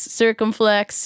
circumflex